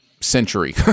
century